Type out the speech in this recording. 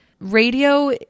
radio